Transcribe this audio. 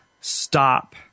stop